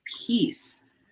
peace